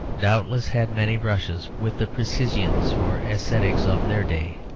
doubtless had many brushes with the precisians or ascetics of their day,